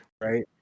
right